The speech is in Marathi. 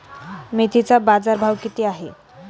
मेथीचा बाजारभाव किती आहे?